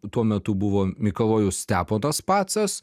tuo metu buvo mikalojus steponas pacas